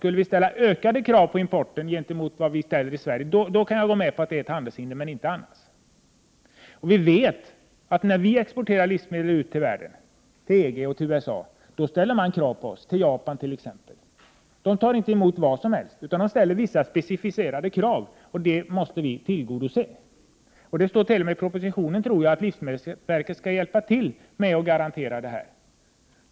Skulle vi ställa ökade krav på importen i förhållande till de krav vi ställer i Sverige — då kan jag gå med på att det är handelshinder, men inte annars. När vi exporterar livsmedel ut i världen, till EG, till USA och till Japan, då ställer man krav på oss. Där tar man inte emot vad som helst, utan man ställer vissa specificerade krav som vi måste tillgodose. Det står t.o.m. i propositionen att livsmedelsverket skall hjälpa till att garantera detta.